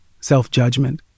self-judgment